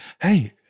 Hey